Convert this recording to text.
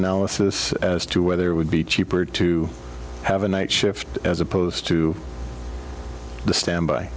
analysis as to whether it would be cheaper to have a night shift as opposed to the stand by